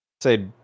Say